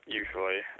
usually